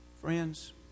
Friends